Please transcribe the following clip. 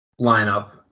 lineup